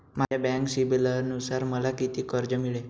माझ्या बँक सिबिलनुसार मला किती कर्ज मिळेल?